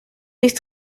ich